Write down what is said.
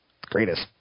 greatest